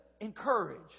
encourage